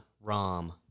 Rom